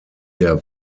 der